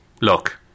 look